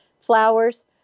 flowers